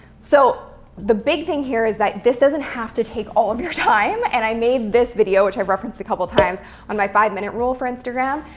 so the big thing here is that this doesn't have to take all of your time. and i made this video, which i've referenced a couple of times on my five minute rule for instagram,